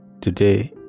today